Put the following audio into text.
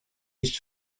used